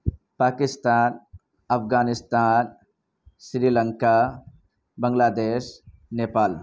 Pakistan Afghanistan Sri Lanka Bangladesh Nepal